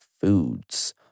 foods